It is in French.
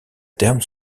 terme